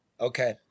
Okay